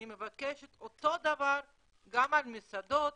אני מבקשת אותו דבר גם על מסעדות,